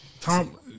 Tom